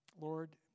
Lord